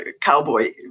cowboy